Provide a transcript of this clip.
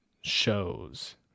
shows